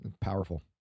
Powerful